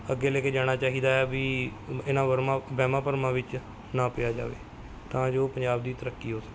ਅੱਗੇ ਲੈ ਕੇ ਜਾਣਾ ਚਾਹੀਦਾ ਹੈ ਵੀ ਇਹਨਾਂ ਵਰਮਾ ਵਹਿਮਾਂ ਭਰਮਾਂ ਵਿੱਚ ਨਾ ਪਿਆ ਜਾਵੇ ਤਾਂ ਜੋ ਪੰਜਾਬ ਦੀ ਤਰੱਕੀ ਹੋ ਸਕੇ